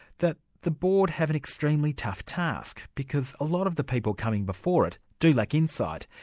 that the board have an extremely tough task because a lot of the people coming before it do lack insight.